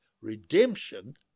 redemption